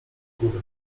góry